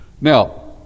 Now